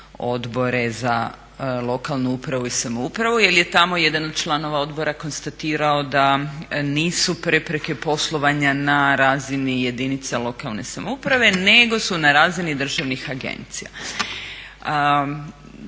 Odbor za lokalnu upravu i samoupravu jer je tamo jedan od članova odbora konstatirao da nisu prepreke poslovanja na razini jedinica lokalne samouprave nego su razini državnih agencija.